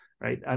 right